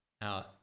Now